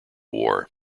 war